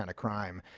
and crime.